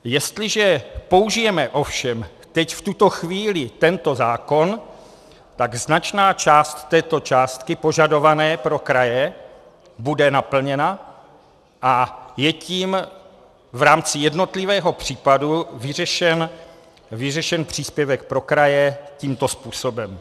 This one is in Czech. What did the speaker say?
Jestliže použijeme ovšem teď v tuto chvíli tento zákon, tak značná část této částky požadované pro kraje bude naplněna a je tím v rámci jednotlivého případu vyřešen příspěvek pro kraje tímto způsobem.